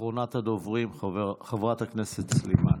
אחרונת הדוברים, חברת הכנסת סלימאן.